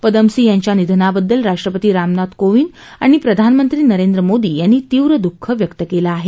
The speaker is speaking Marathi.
पदमसी यांच्या निधनाबद्दल राष्ट्रपती रामनाथ कोविंद आणि प्रधानमंत्री नरेंद्र मोदी यांनी तीव्र दुःख व्यक्त केलं आहे